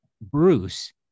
Bruce